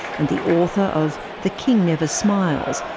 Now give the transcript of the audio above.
and the author of the king never smiles,